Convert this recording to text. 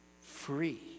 free